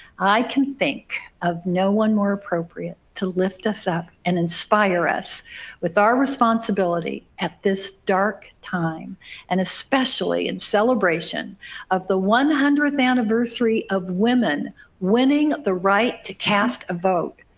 i can think of no one more appropriate to lift us up and inspire us with our responsibility at this dark time and especially in celebration of the one hundredth anniversary of women winning the right to cast a vote.